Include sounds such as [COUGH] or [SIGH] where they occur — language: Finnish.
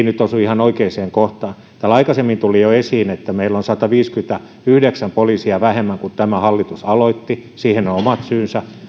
[UNINTELLIGIBLE] nyt osu ihan oikeaan kohtaan täällä jo aikaisemmin tuli esiin että meillä on sataviisikymmentäyhdeksän poliisia vähemmän kuin silloin kun tämä hallitus aloitti siihen on omat syynsä